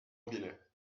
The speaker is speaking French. robinet